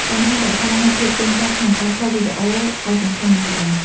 បញ្ហា រក្សានូវភាពទៀងទាត់ ក្នុងការផុសវីដេអូក៏សំខាន់ណាស់ដែរ។